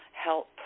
help